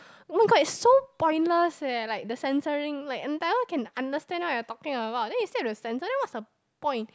oh-my-god it's so pointless eh like the censoring like can understand what you are talking about then you still have to censor then what's the point